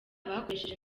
bakoresheje